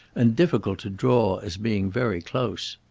and difficult to draw as being very close.